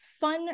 fun